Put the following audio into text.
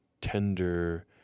tender